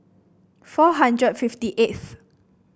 four hundred fifty eighth